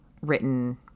written